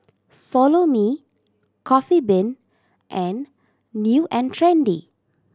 Follow Me Coffee Bean and New and Trendy